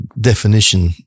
definition